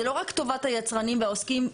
זה לא רק טובת היצרים והעוסקים,